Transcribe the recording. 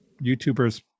YouTubers